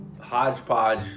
hodgepodge